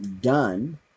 done